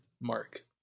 mark